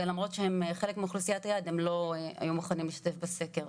גם ולמרות שהם חלק מאוכלוסיית היעד הם לא היו מוכנים להשתתף בסקר.